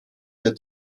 der